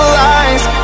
lies